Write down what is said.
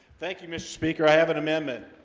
thank you mr. speaker. i have an amendment